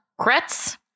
Kretz